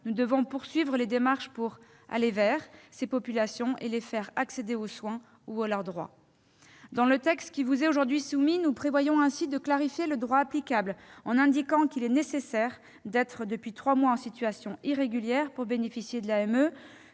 nous devons poursuivre les démarches pour « aller vers » ces populations et les faire accéder aux soins ou aux droits. Dans le texte qui vous est aujourd'hui soumis, nous prévoyons ainsi de clarifier le droit applicable, en indiquant qu'il est nécessaire d'être depuis trois mois en situation irrégulière pour bénéficier de l'AME.